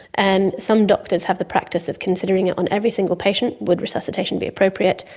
and some doctors have the practice of considering it on every single patient would resuscitation be appropriate?